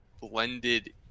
blended